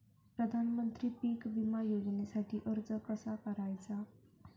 प्रधानमंत्री पीक विमा योजनेसाठी अर्ज कसा करायचा?